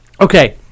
okay